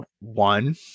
one